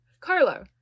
Carlo